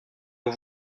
aux